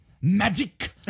magic